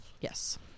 yes